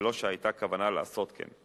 בלא שהיתה כוונה לעשות כן.